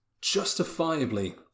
justifiably